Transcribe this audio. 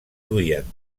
duien